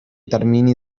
termini